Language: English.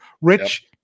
Rich